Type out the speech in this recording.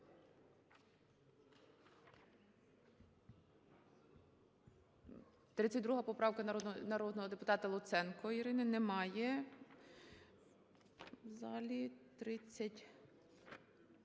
32 поправка народного депутата Луценко Ірини. Немає в залі. 36-а